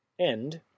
End